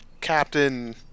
Captain